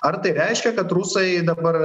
ar tai reiškia kad rusai dabar